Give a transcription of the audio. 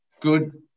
good